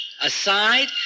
aside